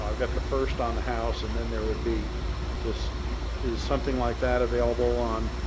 know, i've got the first on the house and then there would be this is something like that available on